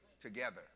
together